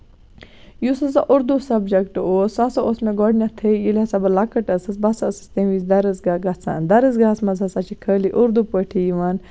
یُس ہسا اُردوٗ سَبجیکٹ اوس سُہ ہسا اوس مےٚ گۄڈٕنیتھٕے ییٚلہِ ہسا بہٕ لۄکٕٹۍ ٲسٕس بہٕ ہسا ٲسٕس تَمہِ وِزِ دَرٕزگاہ گژھان دَرٕز گاہَس منٛز ہسا چھِ خٲلی اُردوٗ پٲٹھی یِوان